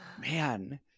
Man